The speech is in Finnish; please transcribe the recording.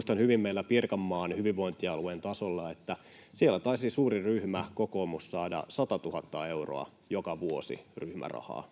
että meillä Pirkanmaan hyvinvointialueen tasolla taisi suurin ryhmä, kokoomus, saada 100 000 euroa joka vuosi ryhmärahaa,